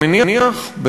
אני מניח,